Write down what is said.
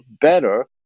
better